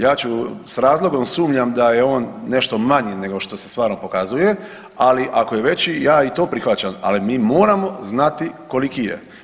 Ja ću, s razlogom sumnjam da je on nešto manji nego što se stvarno pokazuje, ali ako je veći ja i to prihvaćam, ali mi moramo znati koliki je.